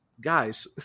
guys